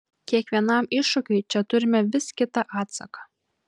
kiekvienam iššūkiui čia turime vis kitą atsaką